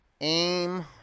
Aim